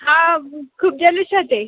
हां खूप जल्लोषात आहे